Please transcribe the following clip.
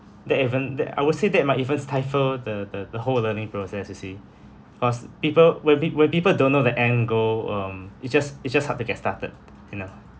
that even that I would say that might even stifle the the the whole learning process you see cause people where peo~ where people don't know the end goal um it's just it's just hard to get started you know